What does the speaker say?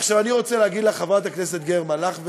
ועכשיו אני רוצה להגיד לך, חברת הכנסת גרמן, לך,